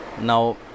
now